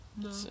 No